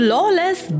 Lawless